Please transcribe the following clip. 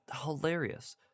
hilarious